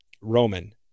Roman